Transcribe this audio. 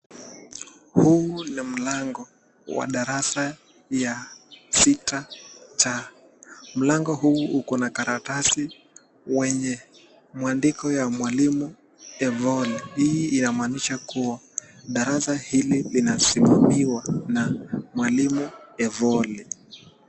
Huu ni mlango wa darasa ya sita c , mlango huu uko na karatasi wenye mwandiko wa mwalimu Evoli, Hii yamaanisha kuwa darasa hili linasimamiwa na mwalimu Evoli.